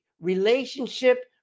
relationship